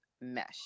mesh